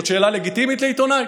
זאת שאלה לגיטימית לעיתונאי?